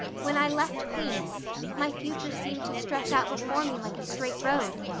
when i left queen's my future seemed to stretch out before me like a straight road.